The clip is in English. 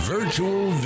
Virtual